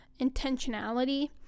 intentionality